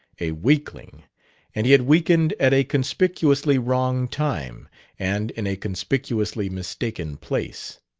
a weakling and he had weakened at a conspicuously wrong time and in a conspicuously mistaken place.